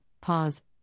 pause